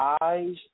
eyes